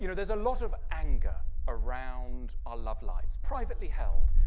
you know there's a lot of anger around our love lives privately held.